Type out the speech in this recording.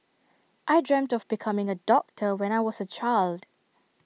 I dreamt of becoming A doctor when I was A child